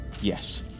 Yes